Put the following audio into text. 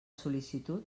sol·licitud